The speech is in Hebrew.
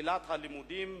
תחילת הלימודים,